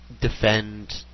defend